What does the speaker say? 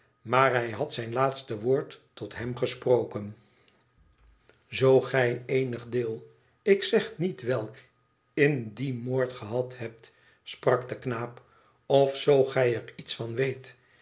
maar hij had zijn laatste woord tot hem gesproken zoo gij eenig deel ik zeg niet welk in dien moord gehad hebt sprak de knaap of zoo gij er iets van weet